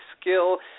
skill